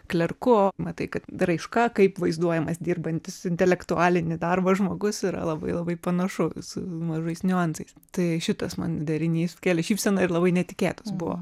klerku matai kad raiška kaip vaizduojamas dirbantis intelektualinį darbą žmogus yra labai labai panašu su mažais niuansais tai šitas man derinys kėlė šypseną ir labai netikėtas buvo